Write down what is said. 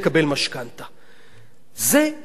זה מה שעולה כל הדירה בחריש.